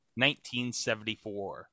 1974